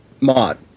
mod